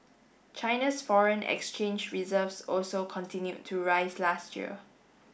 China's foreign exchange reserves also continued to rise last year